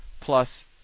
Plus